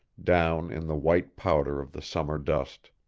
down in the white powder of the summer dust.